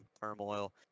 turmoil